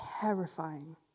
terrifying